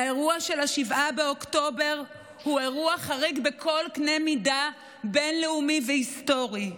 האירוע של 7 באוקטובר הוא אירוע חריג בכל קנה מידה בין-לאומי והיסטורי.